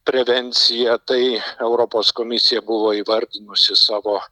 prevencija tai europos komisija buvo įvardinusi savo